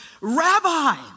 rabbi